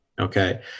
Okay